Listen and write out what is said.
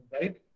Right